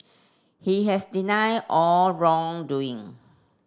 he has denied all wrongdoing